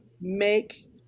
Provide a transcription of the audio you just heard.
make